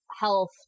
health